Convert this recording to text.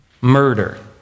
Murder